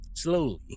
slowly